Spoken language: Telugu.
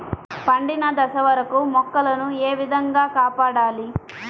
పండిన దశ వరకు మొక్కల ను ఏ విధంగా కాపాడాలి?